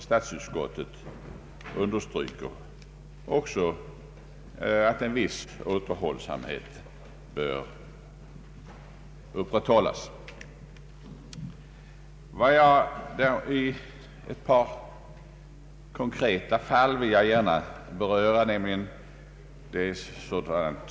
Statsutskottet understryker också att en viss återhållsamhet bör iakttas. Det är bra i och för sig men jag menar att riksdagen bort ännu starkare uttala sina betänkligheter.